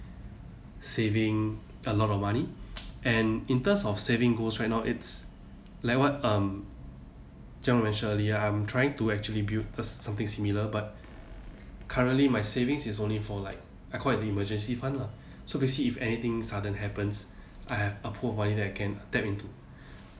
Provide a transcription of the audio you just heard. saving a lot of money and in terms of saving goals right now it's like what um jia rong mention earlier I'm trying to actually build something similar but currently my savings is only for like I call it the emergency fund lah so basically if anything sudden happens I have a pool of money that I can tap into